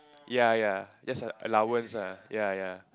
ya ya that's a allowance lah ya ya